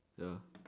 ya